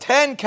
Ten